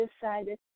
decided